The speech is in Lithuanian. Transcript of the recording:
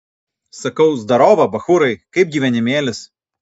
sakau zdarova bachūrai kaip gyvenimėlis